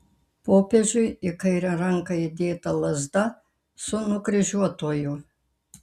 popiežiui į kairę ranką įdėta lazda su nukryžiuotuoju